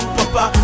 papa